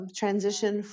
transition